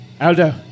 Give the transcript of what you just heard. Aldo